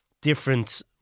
different